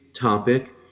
topic